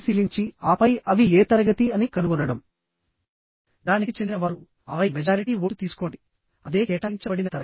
అదేవిధంగా నాలుగు angle sections కూడా కనెక్ట్ చేయబడి ఉన్నాయి